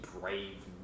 brave